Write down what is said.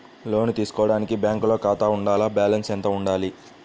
లోను తీసుకోవడానికి బ్యాంకులో ఖాతా ఉండాల? బాలన్స్ ఎంత వుండాలి?